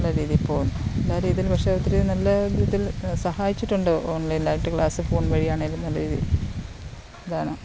നല്ലരീതിയിൽ പോകുന്നു എല്ലാരീതിയിൽ പക്ഷേ ഒത്തിരി നല്ല ഇതിൽ സഹായിച്ചിട്ടുണ്ട് ഓൺലൈൻ ആയിട്ട് ക്ലാസ്സ് ഫോൺ വഴി ആണെങ്കിലും നല്ലരീതി ഇതാണ്